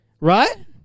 right